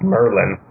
Merlin